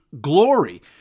glory